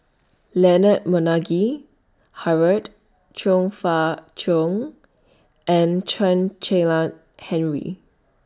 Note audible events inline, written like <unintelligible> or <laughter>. Leonard Montague Harrod Chong Fah Cheong and Chen <unintelligible> Henri